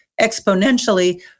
exponentially